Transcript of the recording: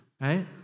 right